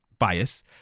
bias